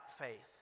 faith